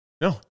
No